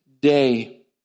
day